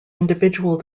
individual